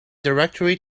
directory